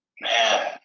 Man